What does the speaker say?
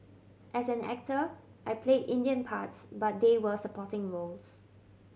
as an actor I played Indian parts but they were supporting roles